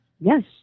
Yes